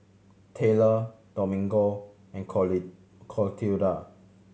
Tayler Domingo and Clotilda